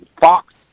Fox